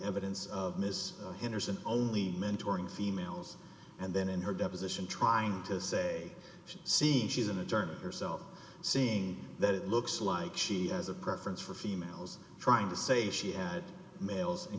evidence of ms anderson only mentor in females and then in her deposition trying to say she's seeing she's an attorney herself saying that it looks like she has a preference for females trying to say she had males and